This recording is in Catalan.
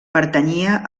pertanyia